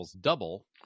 double